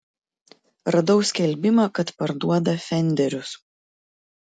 radau skelbimą kad parduoda fenderius